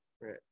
Right